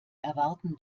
erwarten